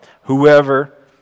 Whoever